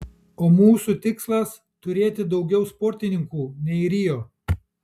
o mūsų tikslas turėti daugiau sportininkų nei rio